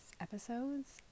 episodes